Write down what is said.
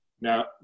Now